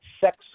sex